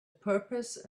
purpose